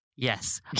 Yes